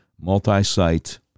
multi-site